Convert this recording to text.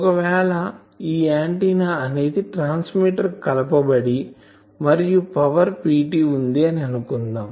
ఒకవేళ ఈ ఆంటిన్నా అనేది ట్రాన్స్మిటర్ కి కలపబడి మరియు పవర్ Pt వుంది అని అనుకుందాం